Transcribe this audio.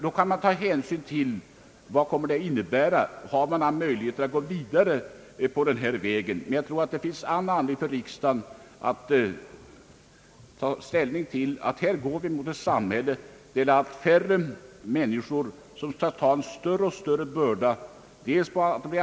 Då kan man se om man har möjlighet att gå vidare på den här vägen. Jag tror att det finns all anledning för riksdagen att ta ställning med hänsyn till att vi går mot ett samhälle där allt färre människor får bära en allt större börda.